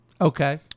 Okay